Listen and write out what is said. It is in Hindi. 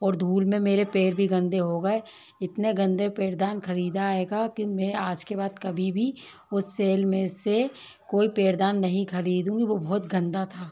और धूल में मेरे पैर भी गंदे हो गए इतने गंदे पैरदान खरीदा आएगा कि मैं आज के बाद कभी भी उस सेल में से कोई पैरदान नहीं खरीदूंगी वो बहुत गंदा था